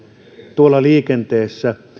tuolla liikenteessä